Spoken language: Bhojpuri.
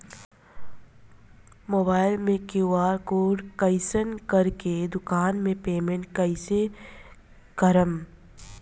मोबाइल से क्यू.आर कोड स्कैन कर के दुकान मे पेमेंट कईसे करेम?